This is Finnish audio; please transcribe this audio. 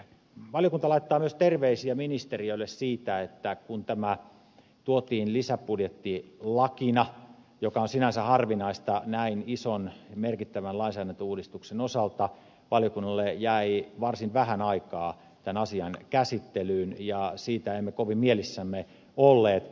valiokunta laittaa myös terveisiä ministeriölle siitä että kun tämä tuotiin lisäbudjettilakina mikä on sinänsä harvinaista näin ison merkittävän lainsäädäntöuudistuksen osalta valiokunnalle jäi varsin vähän aikaa tämän asian käsittelyyn ja siitä emme kovin mielissämme olleet